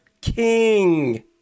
king